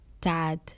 Dad